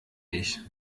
ich